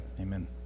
Amen